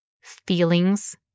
feelings